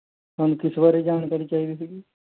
ਤੁਹਾਨੂੰ ਕਿਸ ਬਾਰੇ ਜਾਣਕਾਰੀ ਚਾਹੀਦੀ ਸੀ